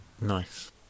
Nice